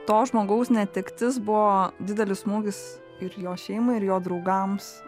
to žmogaus netektis buvo didelis smūgis ir jo šeimai ir jo draugams